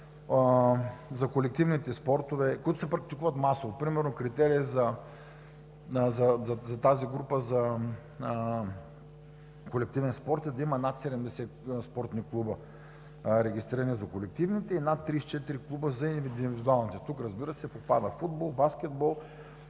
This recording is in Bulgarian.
са колективните спортове, които се практикуват масово – примерно критерият за тази група за колективен спорт е да има над 70 регистрирани спортни клуба за колективните и над 34 клуба за индивидуалните. Тук, разбира се, попадат футбол, баскетбол,